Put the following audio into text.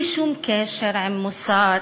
אתה גם יכול לצאת מהאולם.